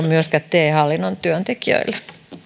myöskään te hallinnon työntekijöille